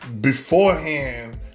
beforehand